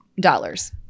dollars